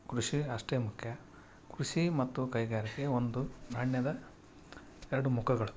ಕೃಷಿ ಅಷ್ಟೇ ಮುಖ್ಯ ಕೃಷಿ ಮತ್ತು ಕೈಗಾರಿಕೆ ಒಂದು ನಾಣ್ಯದ ಎರಡು ಮುಖಗಳು